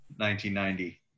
1990